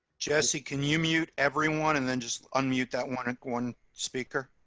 jesse. can you mute everyone and then just unmute that one one speaker.